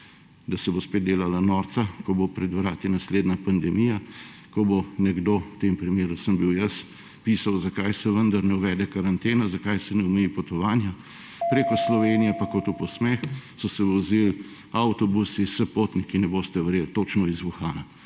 da se bo spet delala norca, ko bo pred vrati naslednja pandemija, ko bo nekdo, v tem primeru sem bil jaz, pisal, zakaj se vendar ne uvede karantena, zakaj se ne omeji potovanj preko Slovenije, pa kot v posmeh, so se vozil avtobusi s potniki ‒ ne boste verjeli ‒ točno iz Wuhana,